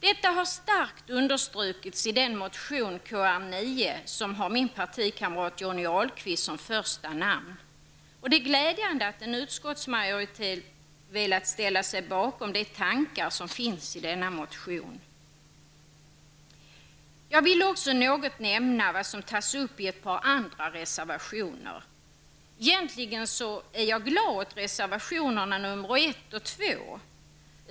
Detta har starkt understrukits i motion Kr9, som har min partikamrat Johnny Ahlqvist som första namn. Det är glädjande att en utskottsmajoritet har velat ställa sig bakom de tankar som finns i denna motion. Jag vill också något nämna vad som tas upp i ett par andra reservationer. Egentligen är jag glad åt reservationerna 1 och 2.